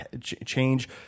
change